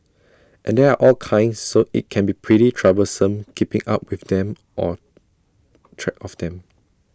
and there are all kinds so IT can be pretty troublesome keeping up with them or track of them